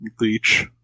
leech